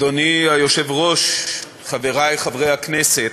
אדוני היושב-ראש, חברי חברי הכנסת,